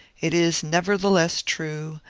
it is nevertheless true,